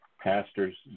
pastors